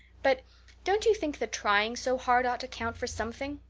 but don't you think the trying so hard ought to count for something?